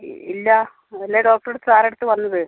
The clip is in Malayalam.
ഇല്ല അതല്ലേ ഡോക്ടറുടെ അടുത്ത് സാറിന്റെ അടുത്ത് വന്നത്